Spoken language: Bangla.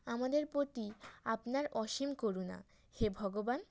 আমাদের প্রতি আপনার অসীম করুণা হে ভগবান